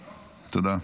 תודה.